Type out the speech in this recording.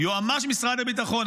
יועמ"ש משרד הביטחון,